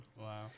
wow